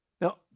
Now